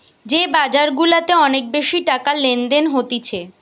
যে বাজার গুলাতে অনেক বেশি টাকার লেনদেন হতিছে